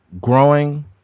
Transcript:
growing